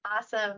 Awesome